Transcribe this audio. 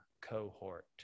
cohort